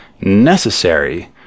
necessary